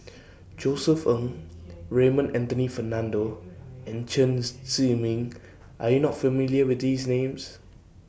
Josef Ng Raymond Anthony Fernando and Chen Zhiming Are YOU not familiar with These Names